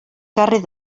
carrer